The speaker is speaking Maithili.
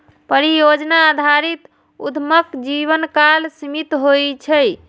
परियोजना आधारित उद्यमक जीवनकाल सीमित होइ छै